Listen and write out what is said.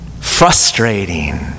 frustrating